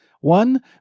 One